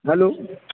hello